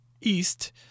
east